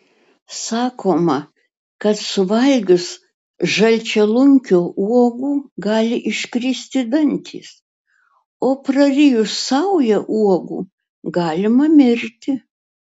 sakoma kad suvalgius žalčialunkio uogų gali iškristi dantys o prarijus saują uogų galima mirti